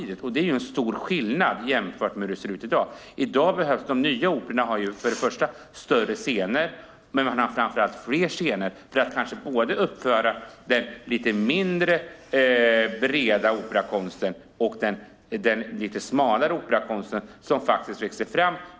Det är en stor skillnad jämfört med hur det ser ut i dag. De nya operorna har större scener, men framför allt har de fler scener, för både den lite mindre breda operakonsten och den lite smalare operakonst som växer fram.